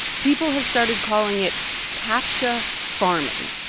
people have started calling it captcha farming.